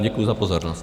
Děkuji za pozornost.